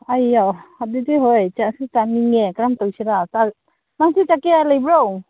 ꯑꯩꯌꯥ ꯑꯗꯨꯗꯤ ꯍꯣꯏ ꯆꯥꯁꯨ ꯆꯥꯅꯤꯡꯉꯦ ꯀꯔꯝ ꯇꯧꯁꯤꯔꯥ ꯆꯥ ꯅꯪꯁꯨ ꯂꯩꯕ꯭ꯔꯣ